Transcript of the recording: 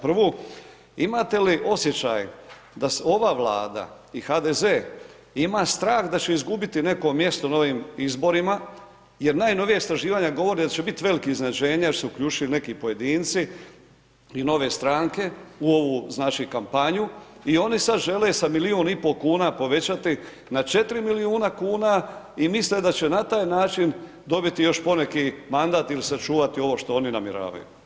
Prvo, imate li osjećaj da ova Vlada i HDZ ima strah da će izgubiti neko mjesto na ovim izborima jer najnovija istraživanja govore da će biti velikih iznenađenja jer su se uključili neki pojedinci i nove stranke u ovu kampanju i oni sad žele sa milijun i pol kuna povećati na 4 milijuna kuna i misle da će na taj način dobiti još poneki mandat ili sačuvati ovo što oni namjeravaju.